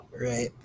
Right